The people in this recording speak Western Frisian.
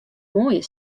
moaie